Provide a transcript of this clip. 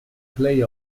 play